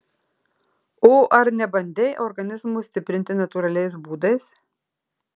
o ar nebandei organizmo stiprinti natūraliais būdais